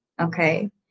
Okay